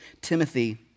Timothy